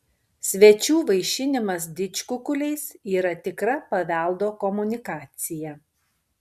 svečių vaišinimas didžkukuliais yra tikra paveldo komunikacija